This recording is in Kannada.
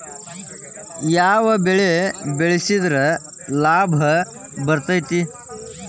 ಯಾವ ಬೆಳಿ ಬೆಳ್ಸಿದ್ರ ಲಾಭ ಬರತೇತಿ?